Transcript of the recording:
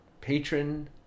patron